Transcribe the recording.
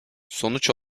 sonuç